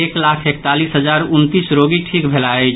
एक लाख एकतालीस हजार उनतीस रोगी ठीक भेलाह अछि